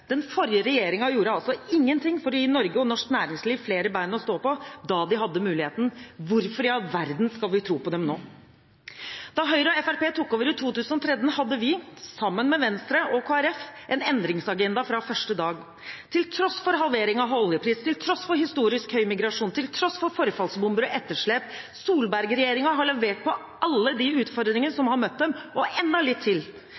Den forrige regjeringen gjorde altså ingenting for å gi Norge og norsk næringsliv flere ben å stå på da de hadde muligheten. Hvorfor i all verden skal vi tro på dem nå? Da Høyre og Fremskrittspartiet tok over i 2013 hadde vi – sammen med Venstre og Kristelig Folkeparti – en endringsagenda fra første dag. Til tross for halvering av oljepris, til tross for historisk høy migrasjon, til tross for forfallsbomber og etterslep: Solberg-regjeringen har levert på alle de utfordringene som har møtt den, og enda litt til.